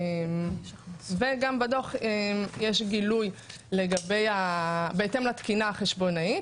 וגם בדו"ח יש גילוי בהתאם לתקינה החשבונאית,